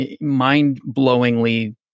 mind-blowingly